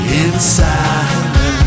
inside